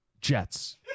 Jets